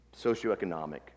socioeconomic